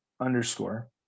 underscore